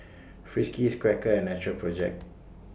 Friskies Quaker and Natural Project